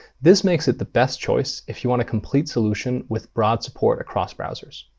this makes it the best choice if you want a complete solution with broad support across browsers.